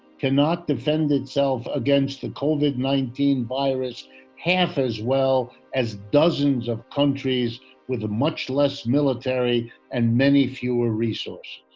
can not defend itself against the covid nineteen virus half as well, as dozens of countries with much less military and many fewer resources.